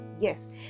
Yes